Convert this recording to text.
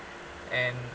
and